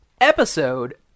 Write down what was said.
episode